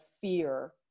fear